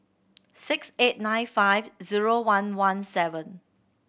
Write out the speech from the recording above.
six eight nine five zero one one seven